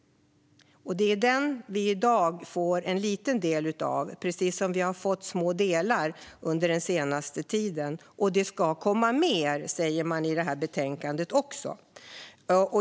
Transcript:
Det är den vi i dag får en liten del av. Vi har fått små delar under den senaste tiden, och det ska komma mer, står det i utskottets betänkande.